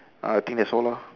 uh think that's all lor